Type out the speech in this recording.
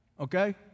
okay